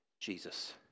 Jesus